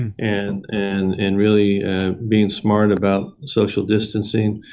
and and and really being smart about social distancing.